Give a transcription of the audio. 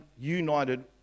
united